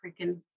freaking